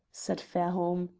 said fairholme.